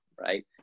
Right